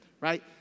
right